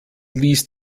ließ